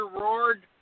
roared